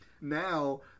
Now